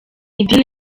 idini